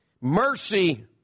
Mercy